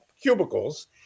cubicles